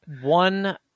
one